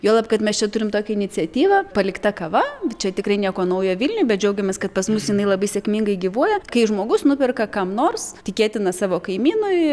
juolab kad mes čia turim tokią iniciatyvą palikta kava bet čia tikrai nieko naujo vilniuj bet džiaugiamės kad pas mus jinai labai sėkmingai gyvuoja kai žmogus nuperka kam nors tikėtina savo kaimynui